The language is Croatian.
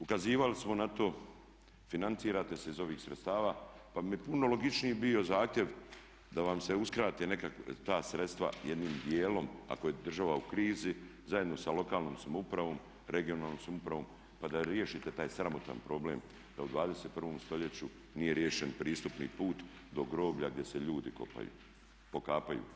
Ukazivali smo na to, financirate se iz ovih sredstava pa bi mi puno logičniji bio zahtjev da vam se uskrate ta sredstva jednim djelom ako je država u krizi zajedno sa lokalnom samoupravom, regionalnom samoupravom pa da riješite taj sramotan problem da u 21. stoljeću nije riješen pristupni put do groblja gdje se ljudi kopaju, pokapaju.